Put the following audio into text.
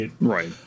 Right